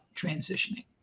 transitioning